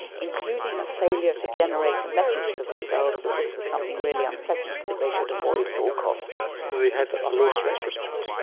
including a failure to generate a message to themselves that this was something really unpleasant that they should avoid at all costs. so they had a low stress response?